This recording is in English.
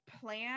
plan